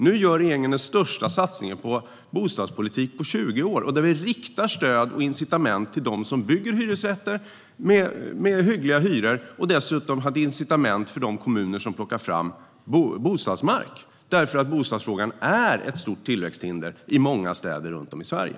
Nu gör regeringen den största satsningen på bostadspolitik på 20 år, där vi riktar stöd och incitament till dem som bygger hyresrätter med hyggliga hyror och dessutom har incitament för de kommuner som plockar fram bostadsmark, därför att bostadsfrågan är ett stort tillväxthinder runt om i Sverige.